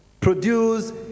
produce